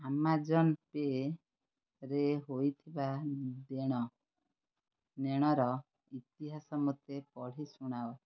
Amazon ପେରେ ହୋଇଥିବା ଦେଣନେଣର ଇତିହାସ ମୋତେ ପଢ଼ି ଶୁଣାଅ